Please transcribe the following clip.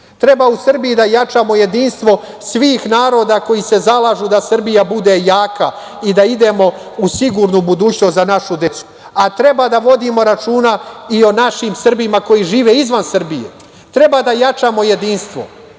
Treba u Srbiji da jačamo jedinstvo svih naroda koji se zalažu da Srbija bude jaka i da idemo u sigurnu budućnost za našu decu. Treba da vodimo računa i o našim Srbima koji žive izvan Srbije. Treba da jačamo jedinstvo.